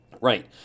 Right